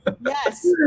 Yes